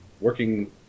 working